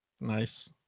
Nice